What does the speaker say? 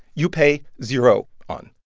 you pay zero on.